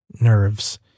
Nerves